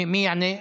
מי יענה?